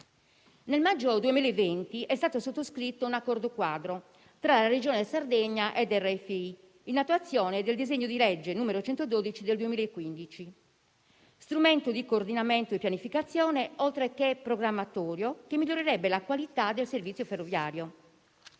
Nel maggio 2020 è stato sottoscritto un accordo quadro tra la Regione Sardegna e RFI, in attuazione del disegno di legge n. 112 del 2015, strumento di coordinamento e pianificazione, oltre che programmatorio, che migliorerebbe la qualità del servizio ferroviario.